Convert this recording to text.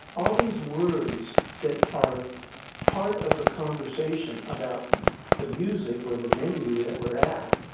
all these words that are part of the conversation about the music, or the venue that we're at,